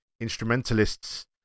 Instrumentalists